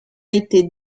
été